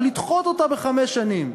לדחות אותה בחמש שנים.